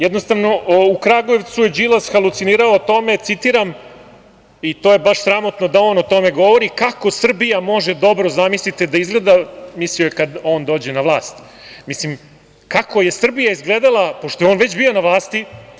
Jednostavno, u Kragujevcu je Đilas halucinirao o tome, citiram, i to je baš sramotno da on o tome govori, kako Srbija može dobro, zamislite, da izgleda, mislio je, kad on dođe na vlast, mislim, kako je Srbija izgledala pošto je on već bio na vlasti.